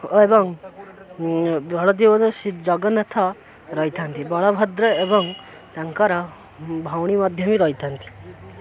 ଏବଂ ଶ୍ରୀ ଜଗନ୍ନାଥ ରହିଥାନ୍ତି ବଳଭଦ୍ର ଏବଂ ତାଙ୍କର ଭଉଣୀ ମଧ୍ୟ ବି ରହିଥାନ୍ତି